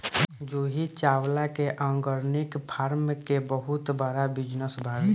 जूही चावला के organic farm के बहुते बड़ बिजनस बावे